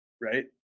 right